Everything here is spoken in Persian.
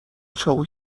چاقو